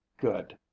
good